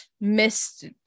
missed